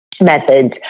methods